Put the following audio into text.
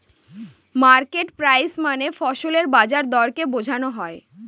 market price মানে ফসলের বাজার দরকে বোঝনো হয়